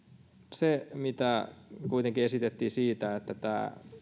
se mitä kuitenkin esitettiin siitä että tämä